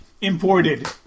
imported